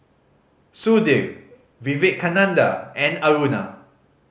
Sudhir Vivekananda and Aruna